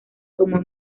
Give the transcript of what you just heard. como